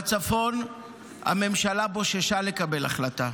בצפון הממשלה בוששה לקבל החלטה,